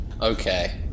Okay